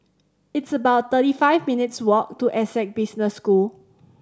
it's about thirty five minutes' walk to Essec Business School